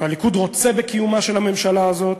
הליכוד רוצה בקיומה של הממשלה הזאת